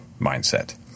mindset